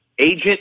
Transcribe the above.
agent